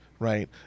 right